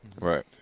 Right